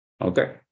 Okay